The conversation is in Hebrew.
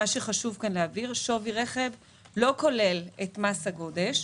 חשוב להבהיר ששווי רכב לא כולל את מס הגודש.